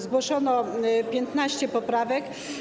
Zgłoszono 15 poprawek.